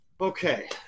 Okay